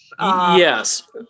Yes